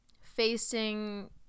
facing